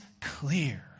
clear